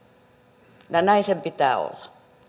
ja näin sen pitää olla